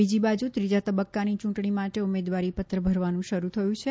બીજી બાજુ ત્રીજા તબક્કાની ચૂંટણી માટે ઉમેદવારીપત્ર ભરવાનું શરૂ થયું છે